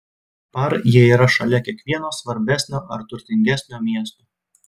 par jie yra šalia kiekvieno svarbesnio ar turtingesnio miesto